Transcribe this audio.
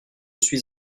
suis